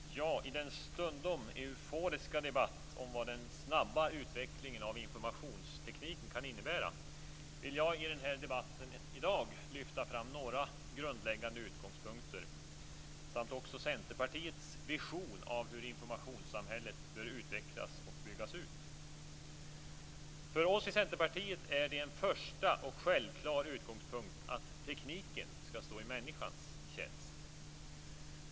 Fru talman! Mot bakgrund av den stundom euforiska diskussionen om vad den snabba utvecklingen av informationstekniken kan innebära vill jag i dagens debatt lyfta fram några grundläggande utgångspunkter samt Centerpartiets vision av hur informationssamhället bör utvecklas och byggas ut. För oss i Centerpartiet är det en första och självklar utgångspunkt att tekniken skall stå i människans tjänst.